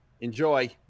Enjoy